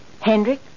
Hendrik